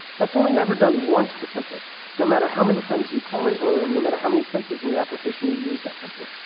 that's only ever done once per template no matter how many times you call it or no matter how many places in your application you use that template.